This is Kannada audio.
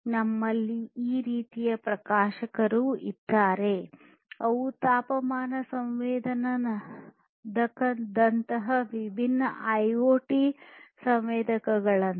ನಮ್ಮಲ್ಲಿ ಈ ರೀತಿಯ ಪ್ರಕಾಶಕರು ಇದ್ದಾರೆ ಅವು ತಾಪಮಾನ ಸಂವೇದಕದಂತಹ ವಿಭಿನ್ನ ಐಒಟಿ ಸಂವೇದಕಗಳಂತೆ